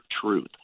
truth